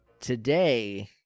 today